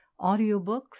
audiobooks